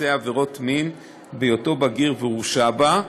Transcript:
שביצע עבירת מין בהיותו בגיר והורשע בה.